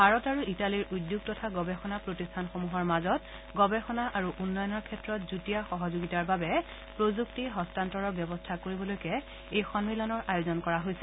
ভাৰত আৰু ইটালীৰ উদ্যোগ তথা গৱেষণা প্ৰতিষ্ঠানসমূহৰ মাজত গৱেষণা আৰু উন্নয়নৰ ক্ষেত্ৰত যুটীয়া সহযোগিতাৰ বাবে প্ৰযুক্তি হস্তান্তৰৰ ব্যৱস্থা কৰিবলৈকে এই সম্মিলনৰ আয়োজন কৰা হৈছে